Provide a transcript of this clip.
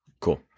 Cool